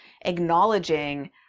acknowledging